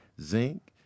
zinc